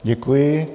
Děkuji.